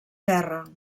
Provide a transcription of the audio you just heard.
terra